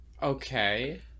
Okay